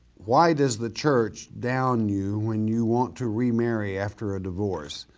why does the church down you when you want to remarry after a divorce.